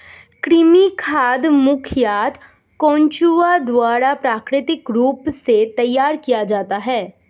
कृमि खाद मुखयतः केंचुआ द्वारा प्राकृतिक रूप से तैयार किया जाता है